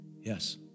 Yes